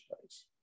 place